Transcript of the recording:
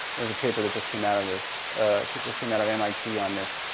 there's a paper that just came out of this a kid just came out of mit on this.